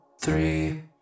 three